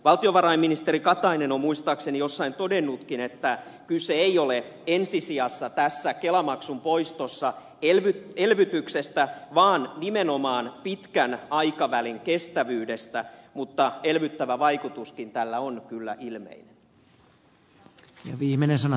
valtiovarainministeri katainen on muistaakseni jossain todennutkin että kyse ei ole ensisijassa tässä kelamaksun poistossa elvytyksestä vaan nimenomaan pitkän aikavälin kestävyydestä mutta elvyttävä vaikutuskin tällä on kyllä ilmeinen